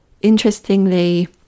Interestingly